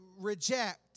reject